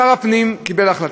שר הפנים קיבל החלטה.